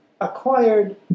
acquired